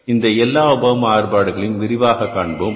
இந்த எல்லா உப மாறுபாடுகளையும் விரிவாக காண்போம்